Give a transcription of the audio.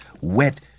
wet